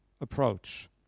approach